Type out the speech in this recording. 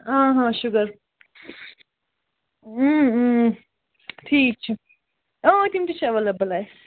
sugar ٹھیٖک چھُ اۭں تِم تہِ چھِ اٮ۪ویلیبٕل اَسہِ